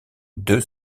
deux